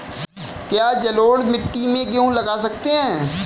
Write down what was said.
क्या जलोढ़ मिट्टी में गेहूँ लगा सकते हैं?